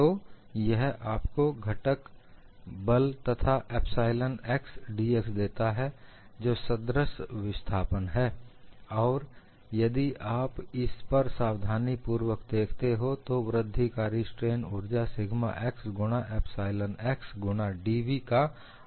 तो यह आपको बल के घटक तथा एपसाइलन x dx देता है जो सदृश्य विस्थापन है और यदि आप इस पर सावधानीपूर्वक देखते हो तो वृद्धिकारक स्ट्रेन ऊर्जा सिग्मा एक्स गुणा एपसाइलन x गुणा dV का 12 है